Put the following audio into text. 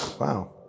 Wow